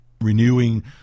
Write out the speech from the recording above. renewing